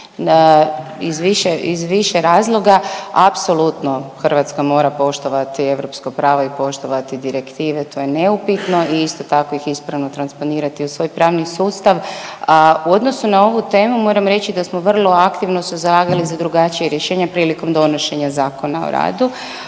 iz više razloga. Apsolutno Hrvatska mora poštovati europsko pravo i poštovati direktive, to je neupitno i isto tako ih ispravno transponirati u svoj pravni sustav. U odnosu na ovu temu moram reći da smo vrlo aktivno … za drugačija rješenja prilikom donošenja Zakona o radu,